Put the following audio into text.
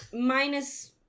Minus